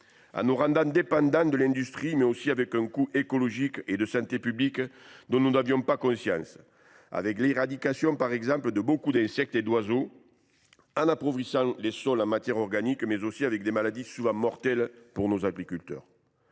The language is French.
? Celui de la dépendance envers l’industrie, sans oublier le coût écologique et de santé publique dont nous n’avions pas conscience avec l’éradication, par exemple, de beaucoup d’insectes et d’oiseaux, l’appauvrissement des sols en matière organique et l’apparition de maladies souvent mortelles pour nos agriculteurs.